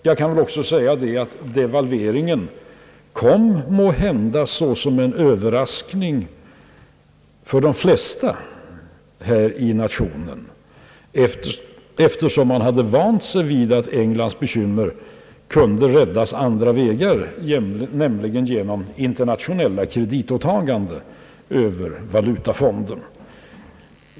Jag kan väl också säga att devalveringen måhända kom såsom en Överraskning för de flesta i vårt land, eftersom man hade vant sig vid att Englands bekymmer kunde redas upp på andra vägar, nämligen genom internationella kreditåtaganden över Valutafonden.